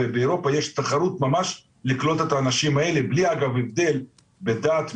ובאירופה יש תחרות ממש לקלוט את האנשים האלה בלי אגב הבדל בין דת,